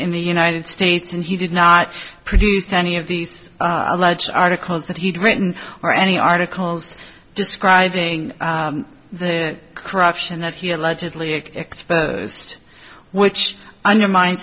in the united states and he did not produce any of these alleged articles that he'd written or any articles describing the corruption that he allegedly exposed which undermine